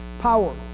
Power